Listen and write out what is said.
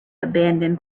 abandon